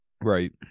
Right